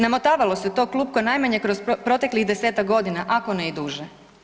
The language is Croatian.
Namotavalo se to klupko najmanje kroz proteklih 10-ak godina ako ne i duže.